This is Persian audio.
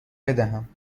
بدهم